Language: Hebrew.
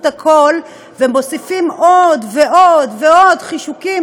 הכול ומוסיפים עוד ועוד ועוד חישוקים,